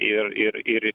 ir ir ir